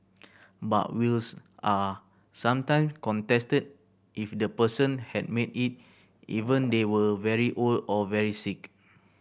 but wills are sometime contested if the person had made it ever they were very old or very sick